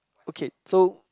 okay so